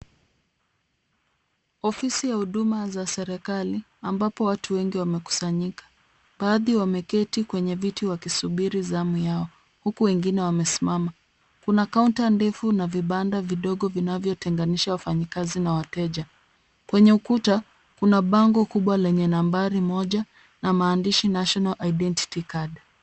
Ofisi ya huduma za kiserikali ambapo watu wengi wamekusanyika. Baadhi wameketi kwenye viti wakisubiri zamu yao huku wengine wamesimama. Kuna kaunta ndefu na vibanda vidogo vinavyotengenisha wafanyikazi na wateja. Kwenye ukuta kuna bango kubwa lenye nambari moja na maandishi national identity card .